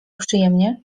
przyjemnie